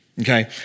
okay